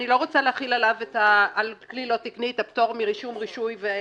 אני לא רוצה להחיל על כלי לא תקני את הפטור מרישום רישוי.